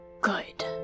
Good